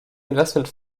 investment